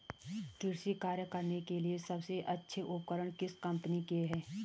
कृषि कार्य करने के लिए सबसे अच्छे उपकरण किस कंपनी के हैं?